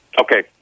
Okay